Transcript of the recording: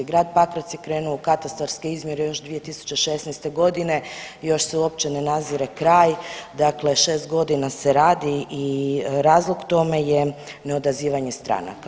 Grad Pakrac je krenuo u katastarske izmjere još 2016.g. i još se uopće ne nadzire kraj, dakle 6.g. se radi i razlog tome je neodazivanje stranka.